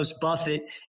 Buffett